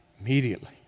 immediately